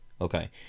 Okay